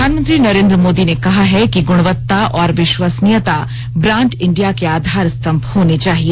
प्रधानमंत्री नरेंद्र मोदी ने कहा है कि गुणवत्ता और विश्वसनीयता ब्रांड इंडिया के आधार स्तंभ होने चाहिए